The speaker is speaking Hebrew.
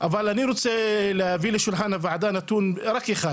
אבל אני רוצה להביא לשולחן הוועדה נתון רק אחד.